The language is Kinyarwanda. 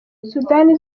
sudani